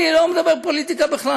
אני לא מדבר פוליטיקה בכלל,